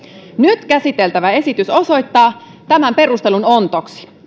nyt käsiteltävä esitys osoittaa tämän perustelun ontoksi